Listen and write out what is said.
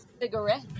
cigarette